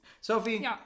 Sophie